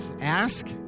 ask